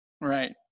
Right